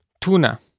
Tuna